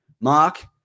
Mark